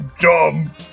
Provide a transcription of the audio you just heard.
dumb